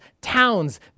towns